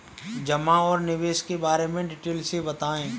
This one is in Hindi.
जमा और निवेश के बारे में डिटेल से बताएँ?